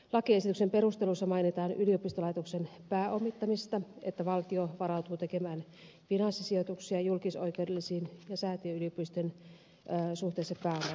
lakiesityksen perusteluissa mainitaan yliopistolaitoksen pääomittamisesta että valtio varautuu tekemään finanssisijoituksia julkisoikeudellisiin yliopistoihin ja säätiöyliopistoihin suhteessa pääomasijoituksiin